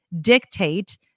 dictate